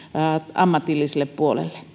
ammatilliselle puolelle